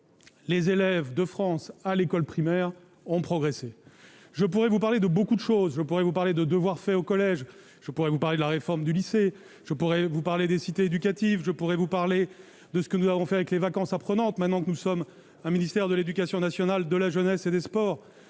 les élèves de France à l'école primaire ont progressé, je pourrais vous parler de beaucoup de choses, je pourrais vous parler de devoirs faits au collège, je pourrais vous parler de la réforme du lycée, je pourrais vous parler des cités éducative, je pourrais vous parler de ce que nous avons fait avec les vacances à prenante, maintenant que nous sommes un ministère de l'Éducation nationale de la jeunesse et des Sports,